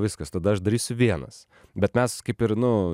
viskas tada aš darysiu vienas bet mes kaip ir nu